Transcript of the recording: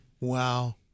Wow